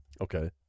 Okay